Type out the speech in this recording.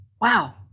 Wow